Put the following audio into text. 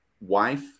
wife